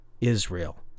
Israel